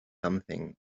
something